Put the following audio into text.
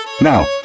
Now